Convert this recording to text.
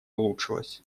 улучшилась